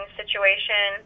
situation